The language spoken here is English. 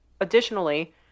Additionally